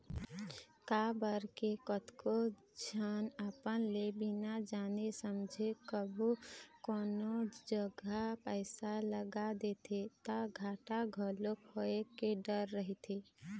काबर के कतको झन अपन ले बिना जाने समझे कहूँ कोनो जघा पइसा लगा देथे ता घाटा घलोक होय के डर रहिथे